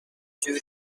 جوریه